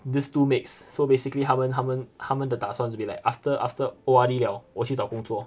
these two mix so basically 他们他们他们的打算就 be like after after O_R_D liao 我去找工作